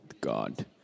God